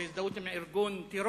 זה הזדהות עם ארגון טרור,